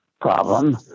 problem